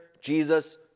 Jesus